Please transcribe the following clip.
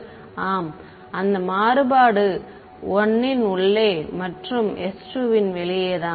மாணவர் அந்த மாறுபாடு 1 ன் உள்ளே மற்றும் s2 வெளியே தான்